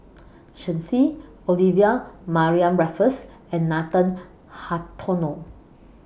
Shen Xi Olivia Mariamne Raffles and Nathan Hartono